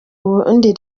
ubundi